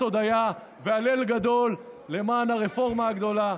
הודיה והלל גדול למען הרפורמה הגדולה,